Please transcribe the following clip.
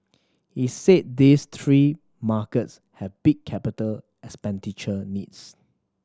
he said these three markets have big capital expenditure needs